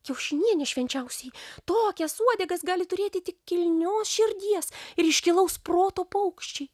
kiaušinienė švenčiausioji tokias uodegas gali turėti tik kilnios širdies ir iškilaus proto paukščiai